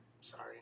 Sorry